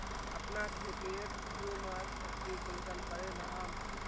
अपना खेतेर ह्यूमस शक्ति कुंसम करे बढ़ाम?